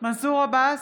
מנסור עבאס,